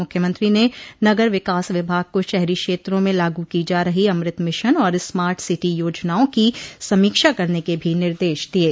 मुख्यमंत्री ने नगर विकास विभाग को शहरी क्षेत्रों में लागू की जा रही अमृत मिशन और स्मार्ट सिटी योजनाओं की समीक्षा करने के भी निर्देश दिये